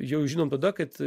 jau žinom tada kad